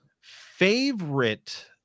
Favorite